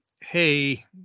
hey